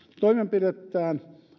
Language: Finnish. toimenpidettään